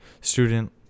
student